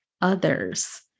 others